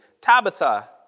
Tabitha